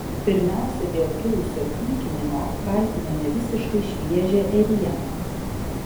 pirmiausia dėl kilusio pykinimo apkaltino nevisiškai šviežią ėrieną